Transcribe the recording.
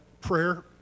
prayer